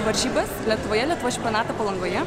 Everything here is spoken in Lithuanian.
varžybas lietuvoje lietuvos čempionatą palangoje